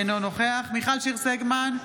אינו נוכח מיכל שיר סגמן,